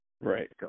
right